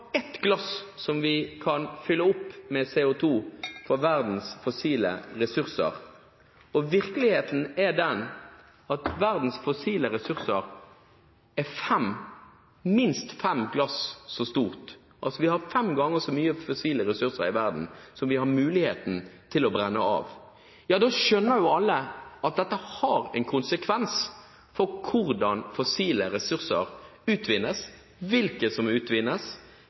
opp med CO2 fra verdens fossile ressurser, og virkeligheten er den at verdens fossile ressurser er fem, minst fem, glass så mye – altså at vi har fem ganger så mye fossile ressurser i verden som vi har muligheten til å brenne av – da skjønner jo alle at dette har konsekvenser for hvordan fossile ressurser utvinnes, hvilke som utvinnes,